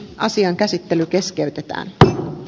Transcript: asian käsittely keskeytetään